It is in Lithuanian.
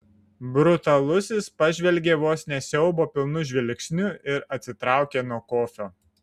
brutalusis pažvelgė vos ne siaubo pilnu žvilgsniu ir atsitraukė nuo kofio